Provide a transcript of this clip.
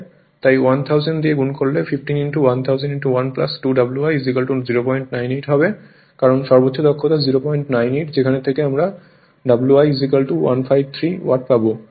তাই 1000 দিয়ে গুণ করলে 15 1000 1 2 W i 098 হবে কারণ সর্বোচ্চ দক্ষতা 098 যেখান থেকে আমরা W i 153 ওয়াট পাব সুতরাং 0153 কিলোওয়াট হবে